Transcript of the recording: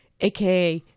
aka